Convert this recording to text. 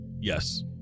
Yes